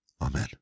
Amen